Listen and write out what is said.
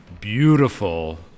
beautiful